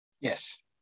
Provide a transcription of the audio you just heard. Yes